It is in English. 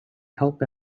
help